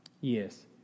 Yes